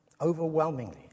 Overwhelmingly